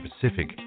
Pacific